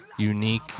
Unique